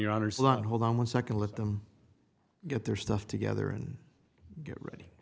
your honor slot hold on one second let them get their stuff together and get ready